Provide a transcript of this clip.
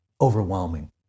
overwhelming